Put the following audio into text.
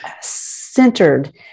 centered